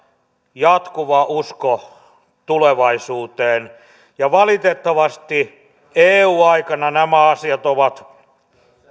jatkuva usko tulevaisuuteen valitettavasti eu aikana nämä asiat ovat